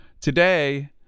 Today